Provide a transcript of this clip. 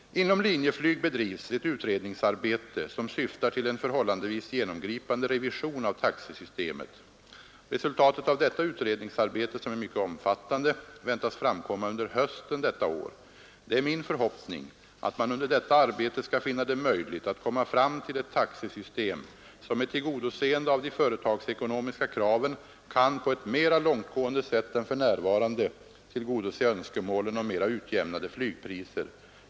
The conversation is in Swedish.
Inom Linjeflyg bedrivs ett utredningsarbete som syftar till en förhållandevis genomgripande revision av taxesystemet. Resultatet av detta utredningsarbete, som är mycket omfattande, väntas framkomma under hösten detta år. Det är min förhoppning att man under detta arbete skall finna det möjligt att komma fram till ett taxesystem, som med tillgodoseende av de företagsekonomiska kraven kan på ett mera långtgående sätt än för närvarande tillgodose önskemålen om mera utjämnade flygpriser.